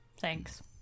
Thanks